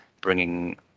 bringing